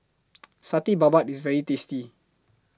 Satay Babat IS very tasty